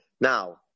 Now